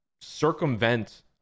circumvent